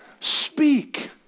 speak